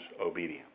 obedience